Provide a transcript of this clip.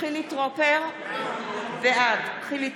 חילי טרופר, בעד